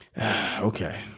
Okay